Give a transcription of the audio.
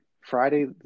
Friday